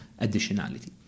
additionality